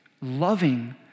loving